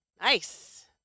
Nice